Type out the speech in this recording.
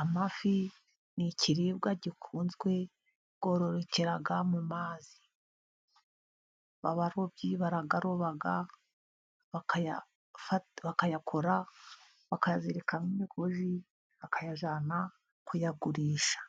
Amafi ni ikiribwa gikunzwe yororokera mu mazi, abarobyi barayaroba bakayakora bakayazirikamo umugozi bakayajyana kuyagurisha.